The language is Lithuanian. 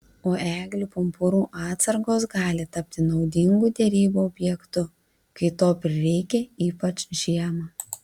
o eglių pumpurų atsargos gali tapti naudingu derybų objektu kai to prireikia ypač žiemą